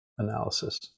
analysis